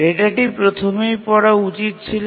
ডেটাটি প্রথমেই পড়া উচিত ছিল